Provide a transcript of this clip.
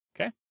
Okay